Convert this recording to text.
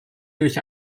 durch